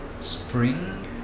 spring